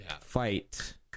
fight